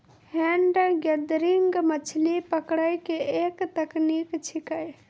hand gathering मछली पकड़ै के एक तकनीक छेकै